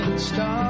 Stop